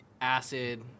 Acid